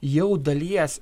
jau dalies